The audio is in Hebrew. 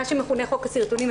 מה שמכונה חוק הסרטונים,